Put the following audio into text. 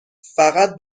فقط